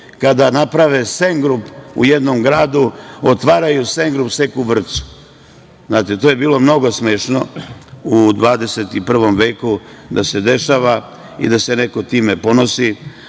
kada naprave sengrup u jednom gradu, da otvaraju sengrup, seku vrpcu. Znate, to je bilo mnogo smešno u 21. veku, da se dešava i da se neko time ponosi. Mogu